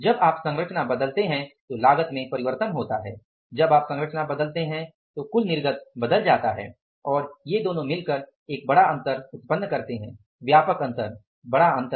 जब आप संरचना बदलते हैं तो लागत में परिवर्तन होता है जब आप संरचना बदलते हैं तो कुल निर्गत बदल जाता है और यह एक बड़ा अंतर उत्पन्न करता है व्यापक अंतर बड़ा अंतर